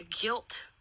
guilt